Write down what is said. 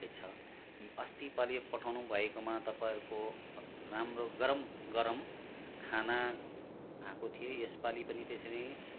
छ अस्ति पालि पठाउनुभएकोमा तपाईँहरूको राम्रो गरम गरम खाना खाएको थिएँ यसपालि पनि त्यसरी